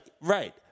right